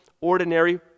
ordinary